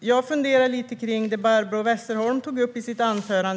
Jag funderar lite på det Barbro Westerholm tog upp i sitt anförande.